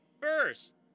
first